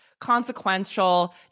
consequential